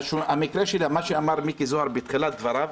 והמקרה שלה, מה שאמר מיקי זוהר בתחילת דבריו,